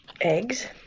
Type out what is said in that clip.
Eggs